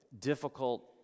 difficult